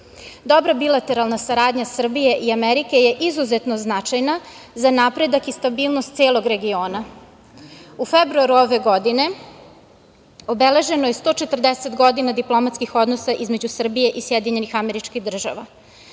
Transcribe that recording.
Dobra bilateralna saradnja Srbije i Amerike je izuzetno značajna za napredak i stabilnost celog regiona.U februaru ove godine obeleženo je 140 godina diplomatskih odnosa između Srbije i SAD. Srbi i Amerikanci